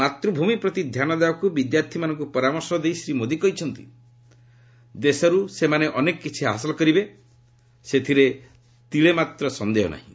ମାତୃଭୂମି ପ୍ରତି ଧ୍ୟାନ ଦେବାକୁ ବିଦ୍ୟାର୍ଥୀମାନଙ୍କୁ ପରାମର୍ଶ ଦେଇ ଶ୍ରୀ ମୋଦି କହିଛନ୍ତି ଦେଶରୁ ସେମାନେ କିଛି ହାସଲ କରିବେ ସେଥିରେ ତିଳେମାତ୍ର ସନ୍ଦେହ ନାହିଁ